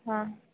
ಹಾಂ